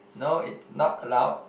no it's not allowed